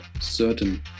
certain